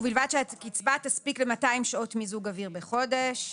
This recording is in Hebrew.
ובלבד שהקצבה תספיק ל-200 שעות מיזוג אוויר בחודש.